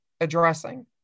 addressing